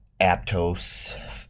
Aptos